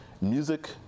Music